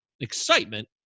excitement